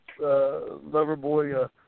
Loverboy